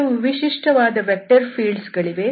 ಕೆಲವು ವಿಶಿಷ್ಟವಾದ vector fields ಗಳಿವೆ